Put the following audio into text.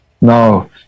no